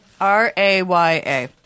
R-A-Y-A